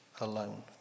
alone